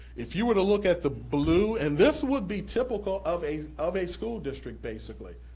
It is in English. if you were to look at the blue, and this would be typical of a of a school district basically,